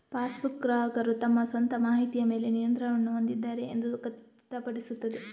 passbook, ಗ್ರಾಹಕರು ತಮ್ಮ ಸ್ವಂತ ಮಾಹಿತಿಯ ಮೇಲೆ ನಿಯಂತ್ರಣವನ್ನು ಹೊಂದಿದ್ದಾರೆ ಎಂದು ಖಚಿತಪಡಿಸುತ್ತದೆ